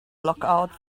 lookout